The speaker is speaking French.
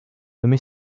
nommée